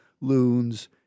loons